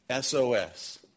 SOS